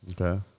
Okay